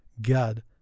God